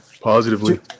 positively